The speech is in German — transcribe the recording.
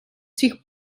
sich